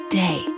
day